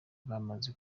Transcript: bamaze